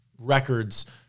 records